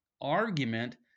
argument